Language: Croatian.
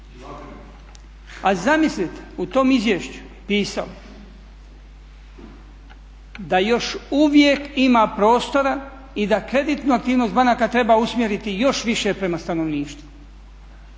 A zamislite u tom izvješću pisalo je da još uvijek ima prostora i da kreditnu aktivnost banaka treba usmjeriti još više prema stanovništvu.